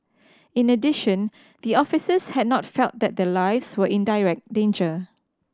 in addition the officers had not felt that their lives were in direct danger